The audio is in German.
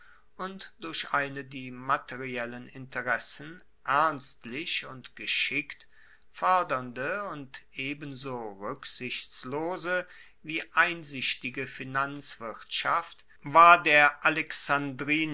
und durch eine die materiellen interessen ernstlich und geschickt foerdernde und ebenso ruecksichtslose wie einsichtige finanzwirtschaft war der